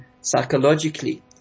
psychologically